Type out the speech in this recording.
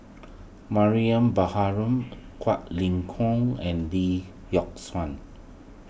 Mariam Baharom Quek Ling Kiong and Lee Yock Suan